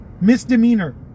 misdemeanor